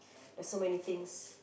there's so many things